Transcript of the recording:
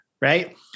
right